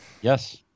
Yes